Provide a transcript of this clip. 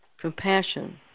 compassion